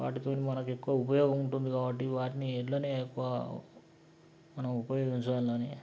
వాటితోని మనకి ఎక్కువ ఉపయోగం ఉంటుంది కాబట్టి వాటిని ఎడ్లని ఎక్కువ మనం ఉపయోగించాలని